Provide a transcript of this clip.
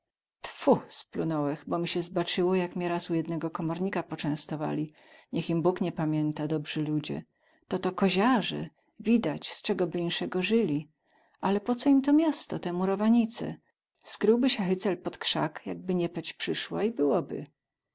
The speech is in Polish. tfu splunąłech bo mi sie zbacyło jak mie raz u jednego komornika pocęstowali niech im bóg nie pamięta dobrzy ludzie to to koziarze widać z cegoz by insego zyli ale po co im to miasto te murowanice skryłby sie hycel pod krzak jakby niepeć przysła i byłoby